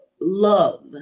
love